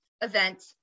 event